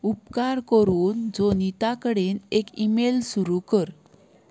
उपकार करून जोनिता कडेन एक ईमेल सुरू कर